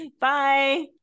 Bye